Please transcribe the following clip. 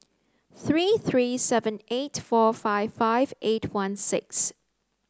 three three seven eight four five five eight one six